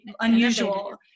unusual